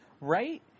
right